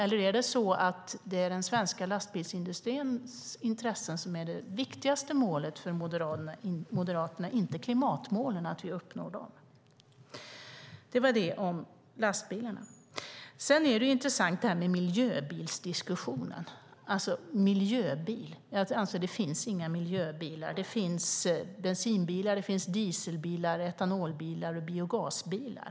Eller är det så att det är den svenska lastbilsindustrins intressen som är det viktigaste målet för Moderaterna, inte att vi uppnår klimatmålen? Det var det om lastbilarna. Sedan är miljöbilsdiskussionen intressant. Miljöbil - jag anser att det inte finns några miljöbilar. Det finns bensinbilar, dieselbilar, etanolbilar och biogasbilar.